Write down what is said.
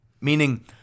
meaning